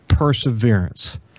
perseverance